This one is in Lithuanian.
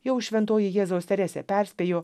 jau šventoji jėzaus teresė perspėjo